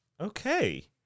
Okay